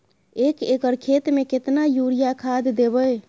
एक एकर खेत मे केतना यूरिया खाद दैबे?